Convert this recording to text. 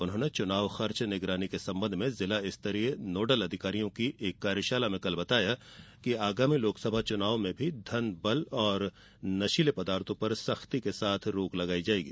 उन्होंने चुनाव खर्च निगरानी के संबंध में जिला स्तरीय नोडल अधिकारियों की कार्यशाला में कल बताया कि आगामी लोक सभा चुनाव में भी धन बल एवं नशीले पदार्थों पर सख्ती से रोक लगायी जायेगी